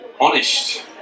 Honest